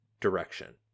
direction